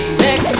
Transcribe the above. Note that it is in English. sex